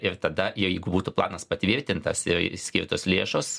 ir tada jeigu būtų planas patvirtintas ir skirtos lėšos